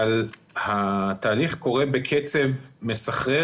אבל התהליך קורה בקצב מסחרר,